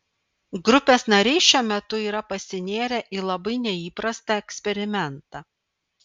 grupės nariai šiuo metu yra pasinėrę į labai neįprastą eksperimentą